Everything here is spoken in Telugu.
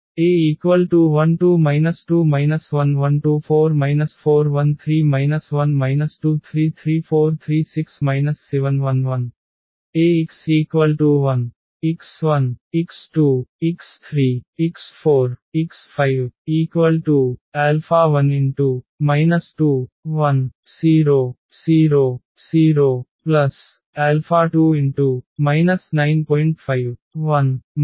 A1 2 2 1 1 2 4 4 0 3 1 2 3 3 4 3 6 7 1 1 Ax0 x1 x2 x3 x4 x5 1 2 1 0 0 0 2 9